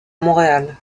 montréal